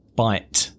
bite